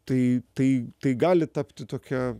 tai tai tai gali tapti tokia